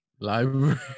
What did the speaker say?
Library